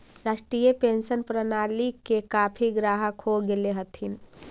राष्ट्रीय पेंशन प्रणाली के काफी ग्राहक हो गेले हथिन